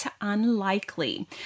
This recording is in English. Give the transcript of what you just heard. unlikely